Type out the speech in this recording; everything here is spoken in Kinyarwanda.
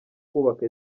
kubaka